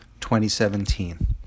2017